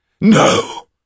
No